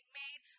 made